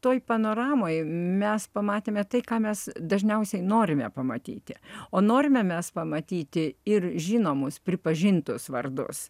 toj panoramoj mes pamatėme tai ką mes dažniausiai norime pamatyti o norime mes pamatyti ir žinomus pripažintus vardus